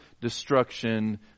destruction